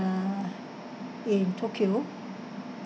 in tokyo